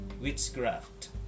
witchcraft